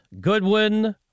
Goodwin